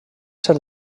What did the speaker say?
ser